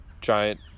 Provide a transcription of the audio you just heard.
giant